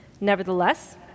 nevertheless